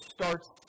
starts